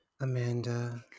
Amanda